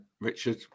richard